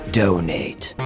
donate